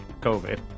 COVID